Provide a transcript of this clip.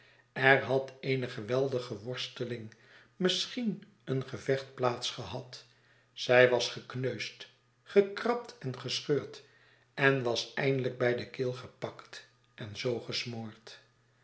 er had eene geweldige worsteling misschien een gevecht plaats gehad zij was gekneusd gekrabd en gescheurd en was eindelijk bij de keel gepakt en zoo gesmoord